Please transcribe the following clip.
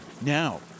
Now